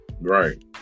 right